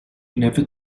never